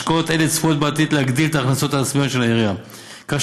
השקעות אלה צפויות בעתיד להגדיל את ההכנסות העצמיות של העירייה כך